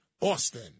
Austin